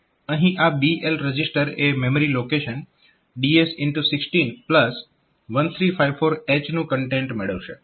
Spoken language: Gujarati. અહીં આ BL રજીસ્ટર એ મેમરી લોકેશન DS161354H નું કન્ટેન્ટ મેળવશે